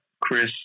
Chris